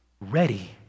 ready